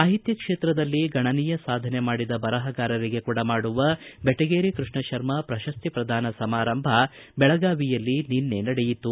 ಸಾಹಿತ್ಯ ಕ್ಷೇತ್ರದಲ್ಲಿ ಗಣನೀಯ ಸಾಧನೆ ಮಾಡಿದ ಬರಹಗಾರರಿಗೆ ಕೊಡಮಾಡುವ ಬೆಟಗೇರಿ ಕೃಷ್ಣ ಶರ್ಮ ಪ್ರಶಸ್ತಿ ಪ್ರದಾನ ಸಮಾರಂಭ ಬೆಳಗಾವಿಯಲ್ಲಿ ನಿನ್ನೆ ನಡೆಯಿತು